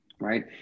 Right